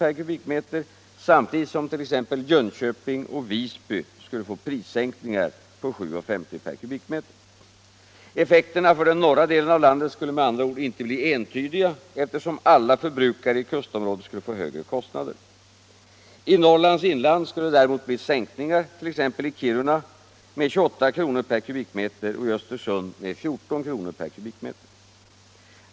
per kubikmeter samtidigt som t.ex. Jönköping och Visby skulle få prissänkningar på 7:50 kr. per kubikmeter. Effekterna för den norra delen av landet skulle med andra ord inte bli entydiga, eftersom alla förbrukare i kustområdet skulle få högre kostnader. I Norrlands inland skulle det däremot bli sänkningar, t.ex. i Kiruna med 28 kr. per kubikmeter och i Östersund med 14 kr. per kubikmeter.